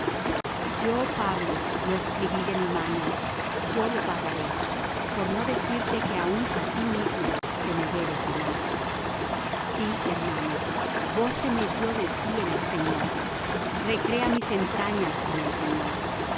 yo pablo lo escribí de mi mano yo lo pagaré por no decirte que aun á ti mismo te me debes demás sí hermano góceme yo de ti en el señor recrea mis entrañas en el señor